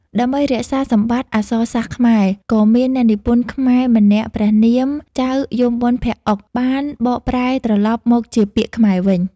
ដើម្បីរក្សាសម្បត្តិអក្សរសាស្ត្រខ្មែរ ក៏មានអ្នកនិពន្ធខ្មែរម្នាក់ព្រះនាម ចៅយមបុណ្យភក្តិឧក បានបកប្រែត្រឡប់មកជាពាក្យខ្មែរវិញ។